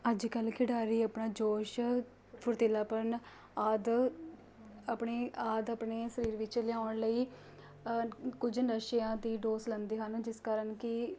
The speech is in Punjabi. ਅੱਜ ਕੱਲ੍ਹ ਖਿਡਾਰੀ ਆਪਣਾ ਜੋਸ਼ ਫੁਰਤੀਲਾਪਣ ਆਦਿ ਆਪਣੇ ਆਦਿ ਆਪਣੇ ਸਰੀਰ ਵਿੱਚ ਲਿਆਉਣ ਲਈ ਕੁਝ ਨਸ਼ਿਆਂ ਦੀ ਡੋਜ਼ ਲੈਂਦੇ ਹਨ ਜਿਸ ਕਾਰਨ ਕਿ